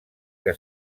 que